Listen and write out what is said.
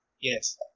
yes